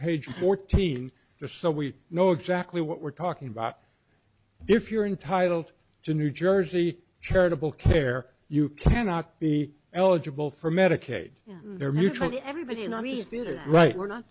page fourteen to so we know exactly what we're talking about if you're entitled to new jersey charitable care you cannot be eligible for medicaid they're mutual to everybody not me is this right or not